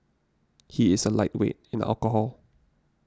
he is a lightweight in alcohol